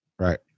Right